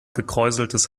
gekräuseltes